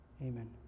Amen